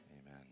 Amen